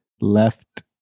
left